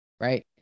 Right